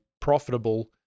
profitable